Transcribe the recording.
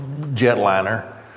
jetliner